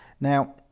Now